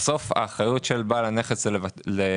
האחריות של בעל הנכס היא לבטח את